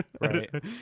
Right